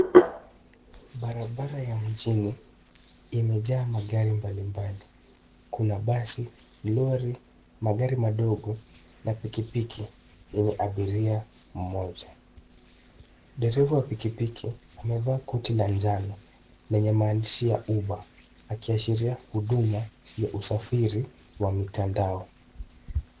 Barabara ya mjini imejaa magari mbalimbali kuna basi, lori , magari madogo na pikipiki yenye abiria mmoja, dereva wa pikipiki amevaa koti la njano lenye maandishi ya uber(cs) akiashiria huduma za usafiri wa mitandao.